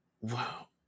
Wow